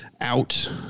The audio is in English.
out